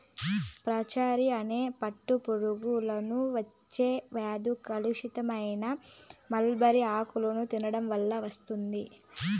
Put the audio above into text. flacherie అనే పట్టు పురుగులకు వచ్చే వ్యాధి కలుషితమైన మల్బరీ ఆకులను తినడం వల్ల వస్తుంది